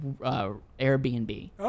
Airbnb